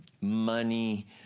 money